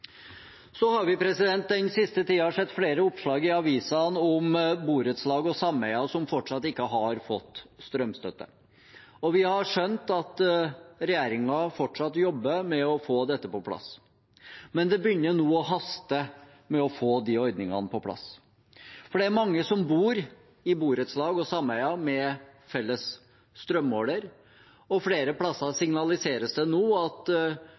Vi har den siste tiden sett flere oppslag i avisene om borettslag og sameier som fortsatt ikke har fått strømstøtte, og vi har skjønt at regjeringen fortsatt jobber med å få dette på plass. Men det begynner nå å haste med å få disse ordningene på plass, for det er mange som bor i borettslag og sameier med felles strømmåler, og flere plasser signaliseres det nå at